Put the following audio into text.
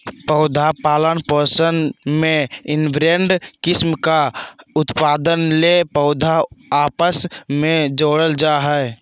पौधा पालन पोषण में इनब्रेड किस्म का उत्पादन ले पौधा आपस मे जोड़ल जा हइ